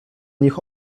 nich